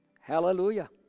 Hallelujah